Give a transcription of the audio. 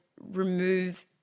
remove